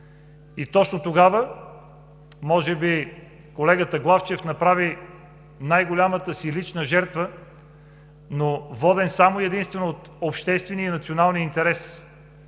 Точно тогава колегата Главчев направи може би най-голямата си лична жертва, но воден само и единствено от обществения и националния интерес,